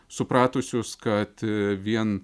supratusius kad vien